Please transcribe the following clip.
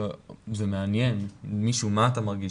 כשזה מעניין מישהו מה אתה מרגיש,